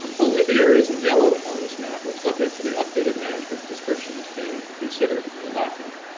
only the areas in yellow on this map are subject to the updated management prescriptions being considered in the document.